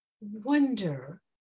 wonder